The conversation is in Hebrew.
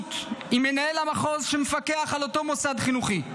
התייעצות עם מנהל המחוז שמפקח על אותו מוסד חינוכי,